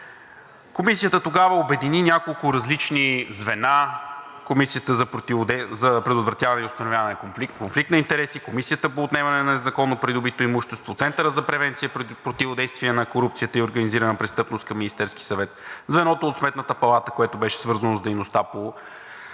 Комисията тогава обедини няколко различни звена – Комисията за предотвратяване и установяване на конфликт на интереси, Комисията по отнемане на незаконно придобито имущество, Центъра за превенция и противодействие на корупцията и организираната престъпност към Министерския съвет, звеното от Сметната палата, което беше свързано с дейността по